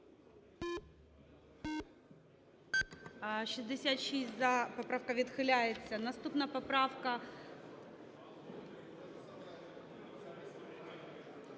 За-66 Поправка відхиляється. Наступна поправка